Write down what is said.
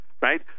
Right